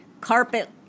carpet